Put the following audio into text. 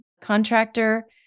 contractor